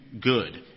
good